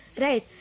right